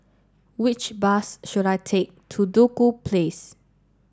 which bus should I take to Duku Place